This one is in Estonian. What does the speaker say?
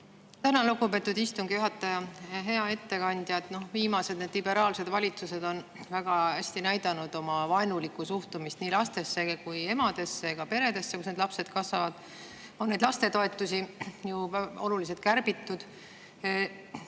Tänan, lugupeetud istungi juhataja! Hea ettekandja! Viimased liberaalsed valitsused on väga hästi näidanud oma vaenulikku suhtumist nii lastesse, emadesse kui ka peredesse, kus need lapsed kasvavad. Lastetoetusi on ju oluliselt kärbitud.